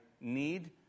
need